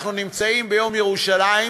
אנחנו נמצאים ביום ירושלים,